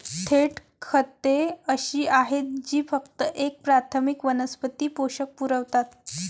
थेट खते अशी आहेत जी फक्त एक प्राथमिक वनस्पती पोषक पुरवतात